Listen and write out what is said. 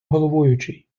головуючий